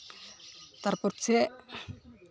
ᱛᱟᱨᱯᱚᱨ ᱪᱮᱫ